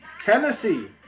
Tennessee